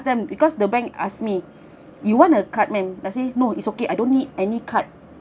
them because the bank ask me you want the card ma'am I said no it's okay I don't need any card